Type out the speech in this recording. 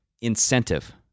incentive